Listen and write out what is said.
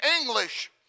English